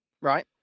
Right